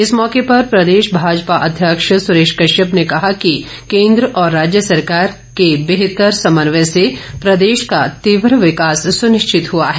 इस मौके पर प्रदेश भाजपा अध्यक्ष सुरेश कश्यप ने कहा कि केंद्र और राज्य सरकार के बेहतर समन्वय से प्रदेश का तीव्र विकास सुनिश्चित हुआ है